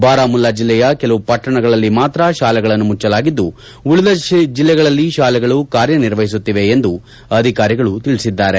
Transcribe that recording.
ಬಾರಾಮುಲ್ಲಾ ಜಿಲ್ಲೆಯ ಕೆಲವು ಪಟ್ಟಣಗಳಲ್ಲಿ ಮಾತ್ರ ಶಾಲೆಗಳನ್ನು ಮುಚ್ಚಲಾಗಿದ್ದು ಉಳಿದ ಜಿಲ್ಲೆಗಳಲ್ಲಿ ಶಾಲೆಗಳು ಕಾರ್ಯ ನಿರ್ವಹಿಸುತ್ತಿವೆ ಎಂದು ಅಧಿಕಾರಿಗಳು ತಿಳಿಸಿದ್ದಾರೆ